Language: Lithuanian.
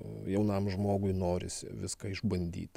jaunam žmogui norisi viską išbandyti